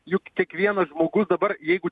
juk kiekvienas žmogus dabar jeigu